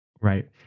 right